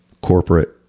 corporate